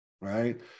right